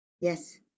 Yes